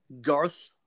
Garth